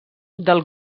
del